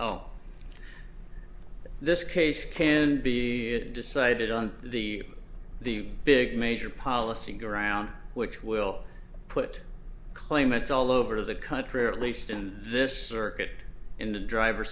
oh this case can be decided on the the big major policy ground which will put claimants all over the country or at least in this work it in the driver